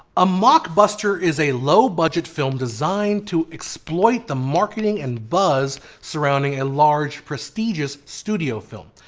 a mockbuster is a low budget film designed to exploit the marketing and buzz surrounding a large prestigious studio film.